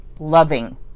loving